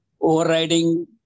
overriding